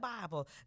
Bible